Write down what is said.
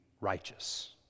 righteous